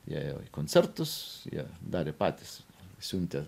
jie ėjo į koncertus jie darė patys siuntė